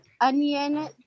onion